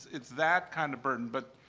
it's that kind of burden. but,